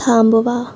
थांबवा